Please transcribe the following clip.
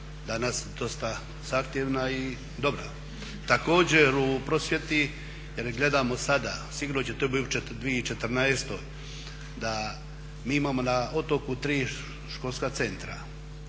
danas dosta aktivna i dobra. Također u prosvjeti, jer gledamo sada, sigurno će to biti u 2014.da mi imamo na otoku tri školska centra